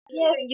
yes